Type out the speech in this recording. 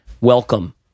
welcome